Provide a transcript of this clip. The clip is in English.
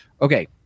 Okay